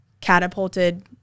catapulted